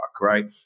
right